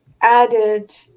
added